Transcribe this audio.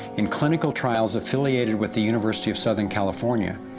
in clinical trials affiliated with the university of southern california,